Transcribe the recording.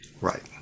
Right